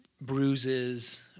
bruises